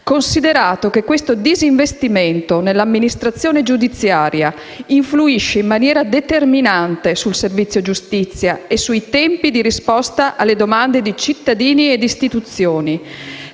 Considerato che questo disinvestimento nell'amministrazione giudiziaria influisce in maniera determinate sul servizio giustizia e sui tempi di risposta alle domande di cittadini ed istituzioni,